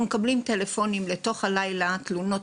אנחנו מקבלים טלפונים גם בשעות הלילה מאנשים שמתלוננים